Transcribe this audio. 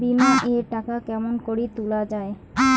বিমা এর টাকা কেমন করি তুলা য়ায়?